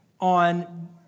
on